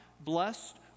blessed